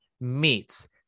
meets